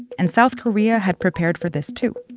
and south korea had prepared for this too.